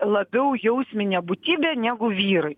labiau jausminė būtybė negu vyrai